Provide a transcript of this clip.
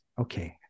okay